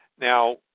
Now